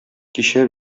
кичә